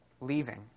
leaving